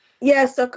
Yes